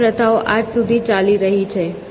આવી પ્રથાઓ આજ સુધી ચાલુ રહી છે